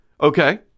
Okay